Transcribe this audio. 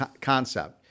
concept